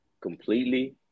Completely